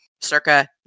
circa